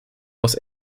was